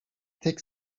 tek